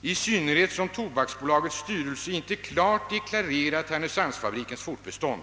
i synnerhet som Tobaksbolagets styrelse inte klart deklarerat härnösandsfabrikens <fortbestånd.